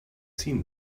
seen